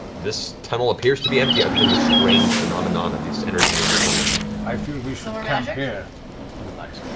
this tunnel appears to be empty other than the strange phenomenon of this energy in the tunnel. orion i feel we should camp here for the night.